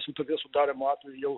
sutarties sudarymo atveju